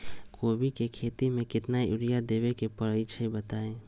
कोबी के खेती मे केतना यूरिया देबे परईछी बताई?